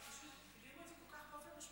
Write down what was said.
לא, אבל פשוט הקדימו את זה כל כך באופן משמעותי.